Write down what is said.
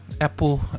Apple